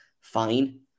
fine